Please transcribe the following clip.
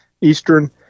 Eastern